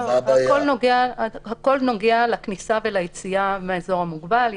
לא, הכול נוגע לכניסה ויציאה מהאזור המוגבל.